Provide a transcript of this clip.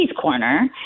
corner